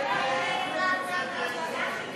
ההצעה להסיר